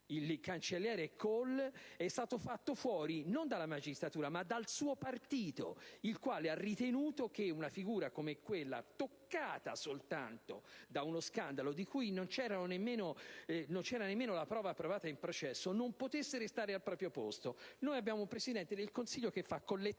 il cancelliere Kohl, è stato fatto fuori non dalla magistratura ma dal suo partito, che ha ritenuto che una figura come la sua, anche soltanto toccata da uno scandalo di cui non c'era nemmeno la prova provata in processo, non potesse più restare al proprio posto. Noi abbiamo un Presidente del Consiglio che fa collezione